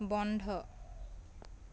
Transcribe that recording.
বন্ধ